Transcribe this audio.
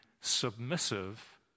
submissive